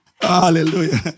Hallelujah